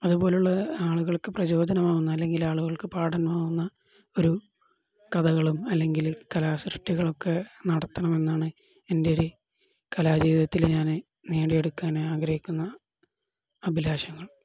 അതുപോലുള്ള ആളുകൾക്കു പ്രചോദനമാകുന്ന അല്ലെങ്കിൽ ആളുകൾക്കു പാഠമാകുന്ന ഒരു കഥകളും അല്ലെങ്കില് കലാ സൃഷ്ടികളൊക്കെ നടത്തണമെന്നാണ് എൻ്റെ ഒരു കലാജീവിതത്തില് ഞാന് നേടിയെടുക്കാനാഗ്രഹിക്കുന്ന അഭിലാഷങ്ങൾ